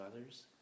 others